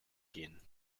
gehen